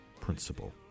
principle